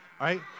right